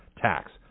tax